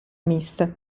miste